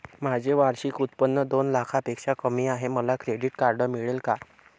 माझे वार्षिक उत्त्पन्न दोन लाखांपेक्षा कमी आहे, मला क्रेडिट कार्ड मिळेल का?